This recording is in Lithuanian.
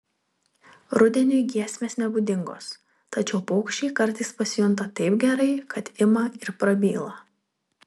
rudeniui giesmės nebūdingos tačiau paukščiai kartais pasijunta taip gerai kad ima ir prabyla